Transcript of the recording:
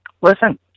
listen